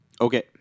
Okay